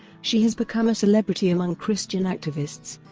she has become a celebrity among christian activists,